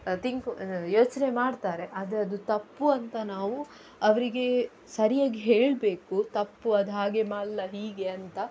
think ಯೋಚನೆ ಮಾಡ್ತಾರೆ ಆದರೆ ಅದು ತಪ್ಪು ಅಂತ ನಾವು ಅವರಿಗೆ ಸರಿಯಾಗಿ ಹೇಳಬೇಕು ತಪ್ಪು ಅದು ಹಾಗೆ ಅಲ್ಲ ಹೀಗೆ ಅಂತ